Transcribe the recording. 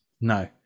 No